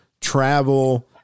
travel